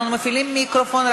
אנחנו מפעילים מיקרופון.